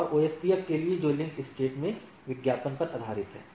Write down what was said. और ओएसपीएफ के लिए जो लिंक स्टेट के विज्ञापन पर आधारित है